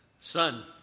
Son